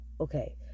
Okay